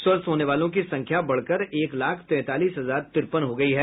स्वस्थ होने वालों की संख्या बढ़कर एक लाख तैंतालीस हजार तिरपन हो गयी है